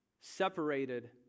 separated